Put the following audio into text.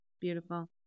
Beautiful